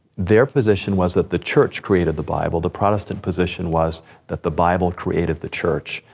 their position was that the church created the bible. the protestant position was that the bible created the church.